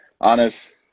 honest